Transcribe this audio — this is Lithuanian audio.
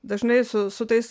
dažnai su su tais